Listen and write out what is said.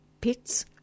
Pits